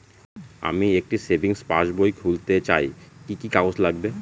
আমি একটি সেভিংস পাসবই খুলতে চাই কি কি কাগজ লাগবে?